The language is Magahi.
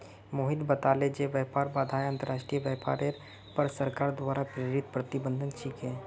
मोहित बताले जे व्यापार बाधाएं अंतर्राष्ट्रीय व्यापारेर पर सरकार द्वारा प्रेरित प्रतिबंध छिके